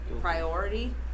priority